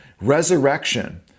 resurrection